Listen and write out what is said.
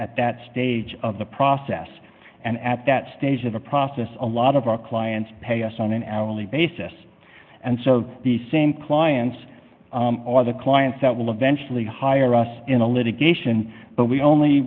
at that stage of the process and at that stage of the process a lot of our clients pay us on an hourly basis and so the same clients or the clients that will eventually hire us in the litigation but we only